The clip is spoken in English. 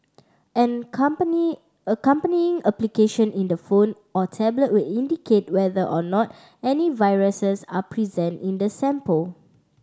an company accompanying application in the phone or tablet will indicate whether or not any viruses are present in the sample